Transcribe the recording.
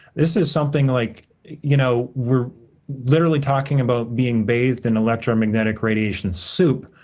this is something, like you know we're literally talking about being bathed in electromagnetic radiation soup,